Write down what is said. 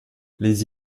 les